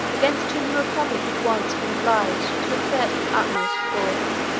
against whom the republic had once been obliged to exert its utmost force,